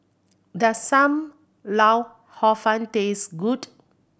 does Sam Lau Hor Fun taste good